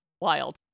wild